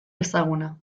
ezaguna